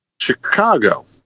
Chicago